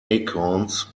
acorns